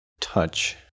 Touch